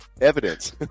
Evidence